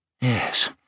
Yes